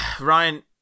Ryan